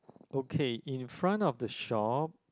okay in front of the shop